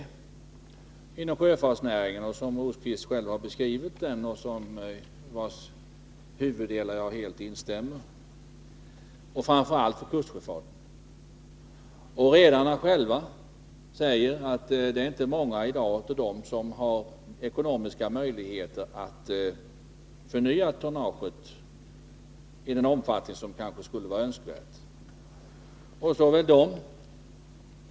Birger Rosqvist har själv beskrivit den, och jag instämmer helt i huvuddelen av den beskrivningen, framför allt när det gäller kustsjöfarten. Redarna själva säger att det inte är många av dem som i dag har ekonomiska möjligheter att förnya tonnaget i den omfattning som skulle vara önskvärd.